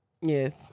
Yes